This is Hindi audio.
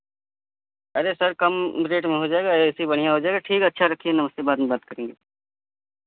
अरे सर कम रेट में हो जाएगा एसी बढ़िया हो जाएगा ठीक अच्छा रखिए नमस्ते बाद में बात करेंगे